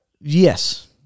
Yes